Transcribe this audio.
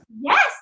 Yes